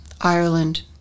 Ireland